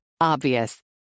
Obvious